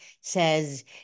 says